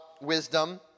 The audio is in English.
wisdom